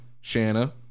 Shanna